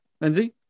Lindsay